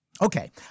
Okay